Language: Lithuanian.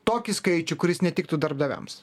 tokį skaičių kuris netiktų darbdaviams